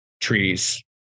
trees